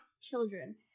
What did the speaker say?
children